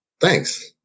Thanks